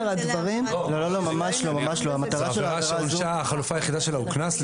זו עבירה שהחלופה היחידה שלה הוא קנס.